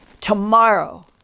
tomorrow